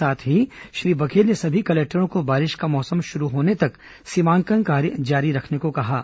साथ ही श्री बघेल ने सभी कलेक्टरों को बारिश का मौसम शुरू होने तक सीमांकन कार्य जारी रखने को कहा है